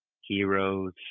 heroes